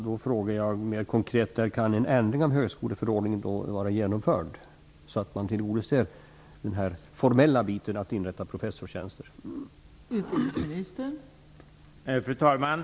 Då frågar jag mer konkret: När kan en ändring av högskoleförordningen vara genomförd, så att den formella delen när det gäller att inrätta professorstjänster kan tillgodoses?